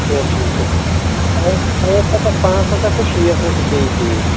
کیٚنٛہہ چھُنہٕ کیٚنٛہہ پانٛژ پٲنٛژسَتھ پانٛژھ ستتھ ٹُو شیٹھ رۄپیہِ پیٚیہِ یہِ پیٖٹۍ